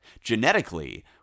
Genetically